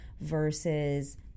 versus